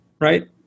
right